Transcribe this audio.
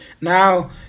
now